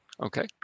Okay